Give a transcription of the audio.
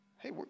Hey